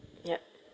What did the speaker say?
yup